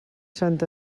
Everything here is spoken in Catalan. sant